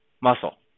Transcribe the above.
muscle